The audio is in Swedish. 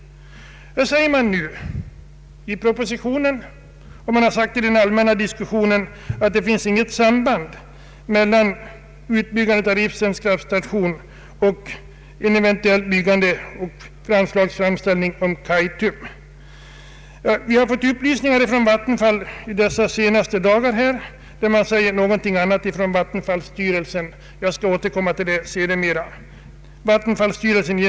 I propositionen sägs, liksom man sagt i den allmänna diskussionen, att det inte finns något samband mellan utbyggandet av Ritsems kraftstation och ett eventuellt byggande av Kaitums kraftstation. Under de allra senaste dagarna har vi fått upplysningar från Vattenfall som säger något helt annat.